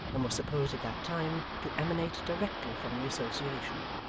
and was supposed at that time to emanate directly from the association.